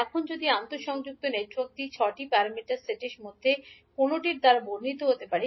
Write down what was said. এখন যদিও আন্তঃসংযুক্ত নেটওয়ার্কটি 6 টি প্যারামিটার সেটগুলির মধ্যে কোনওর দ্বারা বর্ণিত হতে পারে